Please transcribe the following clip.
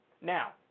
Now